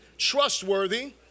trustworthy